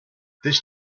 this